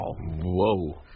whoa